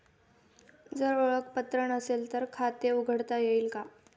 जर ओळखपत्र नसेल तर खाते उघडता येईल का?